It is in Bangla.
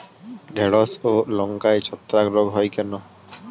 ঢ্যেড়স ও লঙ্কায় ছত্রাক রোগ কেন হয়?